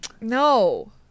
No